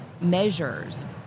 measures